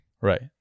Right